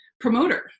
promoter